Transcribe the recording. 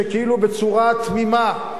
שכאילו בצורה תמימה,